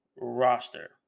roster